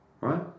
right